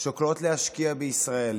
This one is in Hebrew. שוקלות להשקיע בישראל,